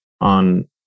on